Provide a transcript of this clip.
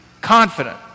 confident